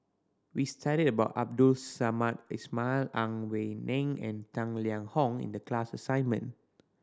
we studied about Abdul Samad Ismail Ang Wei Neng and Tang Liang Hong in the class assignment